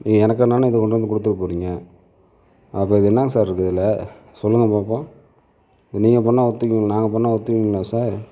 எனக்கு என்னென்னு இதை கொண்டு வந்து கொடுத்துட்டு போகிறீங்க அப்போ இது என்னங்க சார் இருக்குது இதில் சொல்லுங்க பார்ப்போம் நீங்கள் பண்ணிணா ஒத்துப்பீங்க நாங்கள் பண்ணிணா ஒத்துப்பீங்களா சார்